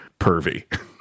pervy